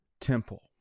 temple